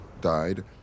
died